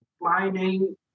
mining